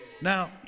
Now